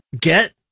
get